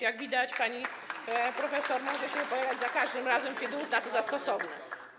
Jak widać, pani profesor może się wypowiadać za każdym razem, kiedy uzna to za stosowne.